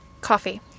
Coffee